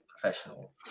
Professional